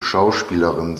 schauspielerin